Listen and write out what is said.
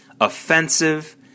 offensive